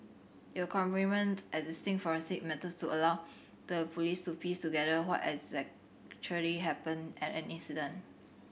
it will complement existing forensic methods to allow the Police to piece together what happened at an incident